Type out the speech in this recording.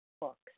books